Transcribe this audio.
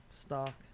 stock